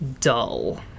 dull